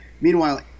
Meanwhile